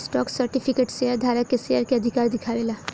stock certificate share धारक के share के अधिकार दिखावे ला